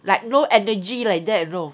like no energy like that you know